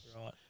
Right